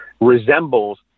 resembles